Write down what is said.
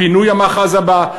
פינוי המאחז הבא,